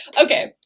Okay